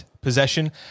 possession